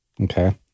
Okay